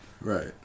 Right